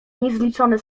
niezliczone